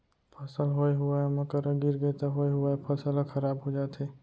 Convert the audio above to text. फसल होए हुवाए म करा गिरगे त होए हुवाए फसल ह खराब हो जाथे